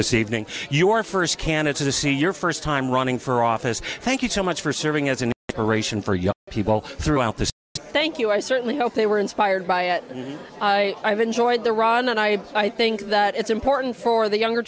this evening your first can it's a see your first time running for office thank you so much for serving as an operation for young people throughout this thank you i certainly hope they were inspired by it and i have enjoyed the run and i i think that it's important for the younger